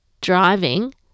driving